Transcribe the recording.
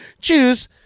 choose